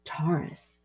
Taurus